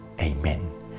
Amen